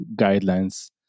guidelines